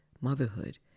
Motherhood